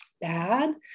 bad